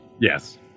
Yes